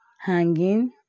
Hanging